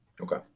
Okay